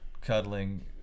cuddling